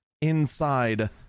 inside